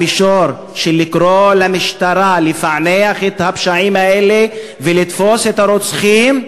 המישור של לקרוא למשטרה לפענח את הפשעים האלה ולתפוס את הרוצחים,